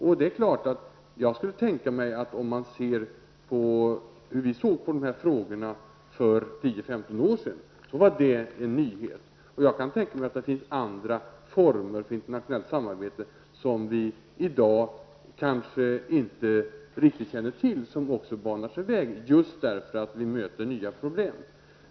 Om man ser till hur vi såg på dessa frågor för 10--15 år sedan var detta med internationellt samarbete en nyhet. Jag kan tänka mig att det finns andra former för internationellt samarbete som vi i dag inte riktigt känner till, men som utvecklingen banar en väg för just på grund av att vi möter nya problem.